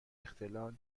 اختلال